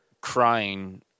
crying